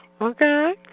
Okay